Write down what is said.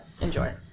enjoy